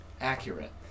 accurate